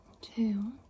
two